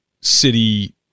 city